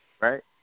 Right